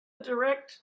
direct